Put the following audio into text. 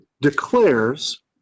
declares